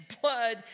blood